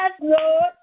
Lord